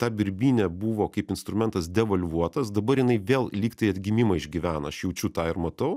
ta birbynė buvo kaip instrumentas devalvuotas dabar jinai vėl lygtai atgimimą išgyvena aš jaučiu tą ir matau